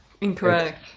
incorrect